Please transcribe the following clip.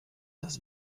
das